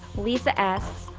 lisa asked,